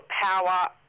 power